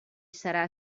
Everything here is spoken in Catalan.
serà